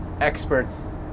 experts